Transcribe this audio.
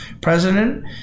president